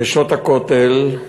"נשות הכותל"